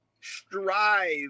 strive